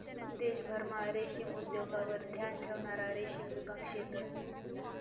देशभरमा रेशीम उद्योगवर ध्यान ठेवणारा रेशीम विभाग शेतंस